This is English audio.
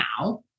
now